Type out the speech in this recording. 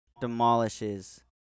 demolishes